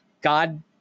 God